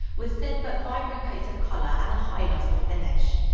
with thin but vibrant coats of color and a high-luster finish.